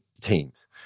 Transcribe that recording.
teams